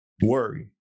worry